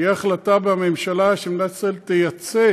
תהיה החלטה בממשלה שמדינת ישראל תייצא